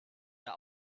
der